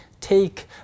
take